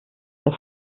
der